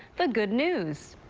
the good news